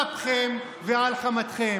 על אפכם ועל חמתכם.